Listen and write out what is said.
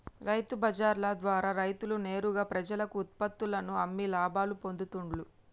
రైతు బజార్ల ద్వారా రైతులు నేరుగా ప్రజలకు ఉత్పత్తుల్లను అమ్మి లాభాలు పొందుతూండ్లు